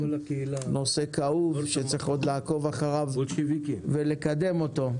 נושא כאוב שצריך עוד לעקוב אחריו ולקדם אותו.